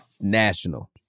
National